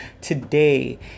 today